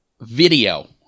video